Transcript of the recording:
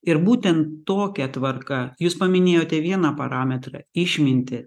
ir būtent tokia tvarka jūs paminėjote vieną parametrą išmintį